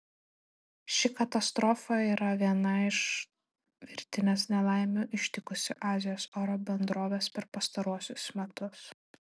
ši katastrofa yra viena iš virtinės nelaimių ištikusių azijos oro bendroves per pastaruosius metus